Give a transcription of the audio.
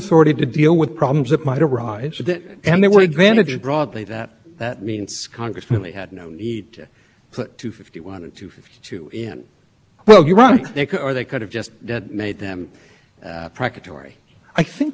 two so it doesn't mean that the commission is exactly the same position after forbearing from two fifty one to fifty two than it would be if those provisions were in place the question before this court is whether it was sufficient that the commission knew it had in its hip pocket at